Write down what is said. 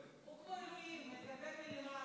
הנושא לוועדת העבודה, הרווחה והבריאות נתקבלה.